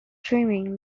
dreaming